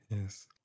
Yes